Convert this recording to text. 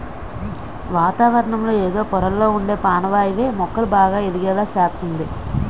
వాతావరణంలో ఎదో పొరల్లొ ఉండే పానవాయువే మొక్కలు బాగా ఎదిగేలా సేస్తంది